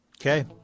Okay